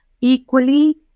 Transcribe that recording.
Equally